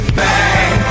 bang